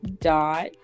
dot